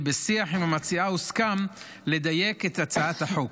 ובשיח עם המציעה הוסכם לדייק את הצעת החוק.